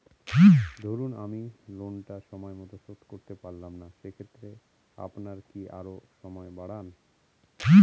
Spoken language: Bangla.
ধরুন আমি লোনটা সময় মত শোধ করতে পারলাম না সেক্ষেত্রে আপনার কি আরো সময় বাড়ান?